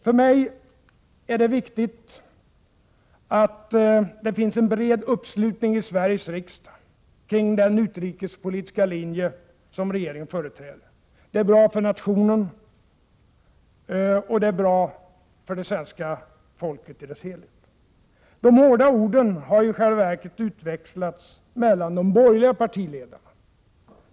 För mig är det viktigt att det finns en bred uppslutning i Sveriges riksdag kring den utrikespolitiska linje som regeringen företräder. Det är bra för nationen, och det är bra för det svenska folket i dess helhet. De hårda orden har i själva verket utväxlats mellan de borgerliga partiledarna.